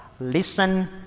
Listen